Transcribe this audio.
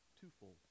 twofold